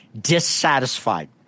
dissatisfied